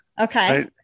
okay